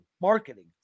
marketing